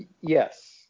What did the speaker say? Yes